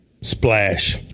Splash